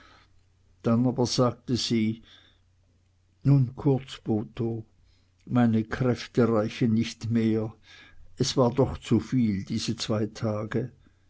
dann aber sagte sie nun kurz botho meine kräfte reichen nicht mehr es war doch zuviel diese zwei tage